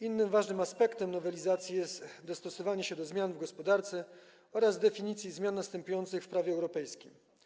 Innym ważnym aspektem nowelizacji jest dostosowanie się do zmian w gospodarce oraz definicji zmian następujących w prawie europejskim.